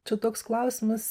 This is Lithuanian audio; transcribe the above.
čia toks klausimas